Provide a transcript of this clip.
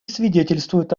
свидетельствуют